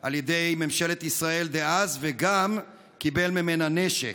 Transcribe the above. על ידי ממשלת ישראל דאז וגם קיבל ממנה נשק.